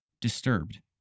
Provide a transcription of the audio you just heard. disturbed